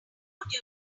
would